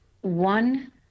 one